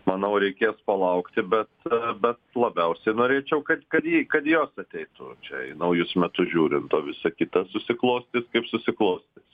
manau reikės palaukti bet bet labiausiai norėčiau kad kad jį kad jos ateitų čia į naujus metus žiūrint o visa kita susiklostys kaip susiklostys